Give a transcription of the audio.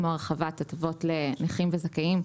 כמו הרחבת הטבות לנכים וזכאים,